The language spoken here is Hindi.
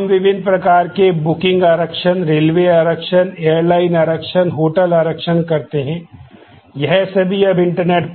हम विभिन्न प्रकार के बुकिंग आरक्षण रेलवे आरक्षण एयरलाइन आरक्षण होटल आरक्षण करते हैं यह सभी अब इंटरनेट